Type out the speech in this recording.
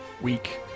week